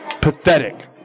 Pathetic